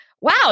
wow